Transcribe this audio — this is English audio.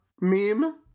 meme